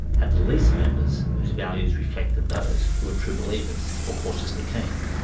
had the least members whose values reflected those who were true believers or cautiously keen,